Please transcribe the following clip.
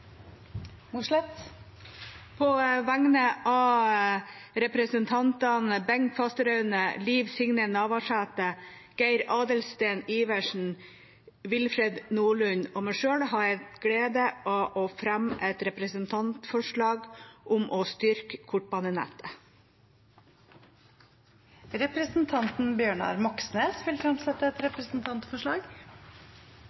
På vegne av representantene Bengt Fasteraune, Liv Signe Navarsete, Geir Adelsten Iversen, Willfred Nordlund og meg sjøl har jeg gleden av å fremme et representantforslag om å styrke kortbanenettet. Representanten Bjørnar Moxnes vil fremsette et